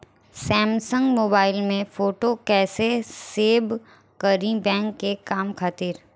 Samsung mobile में photo कैसे save करीं बैंक के काम खातिर?